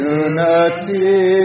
unity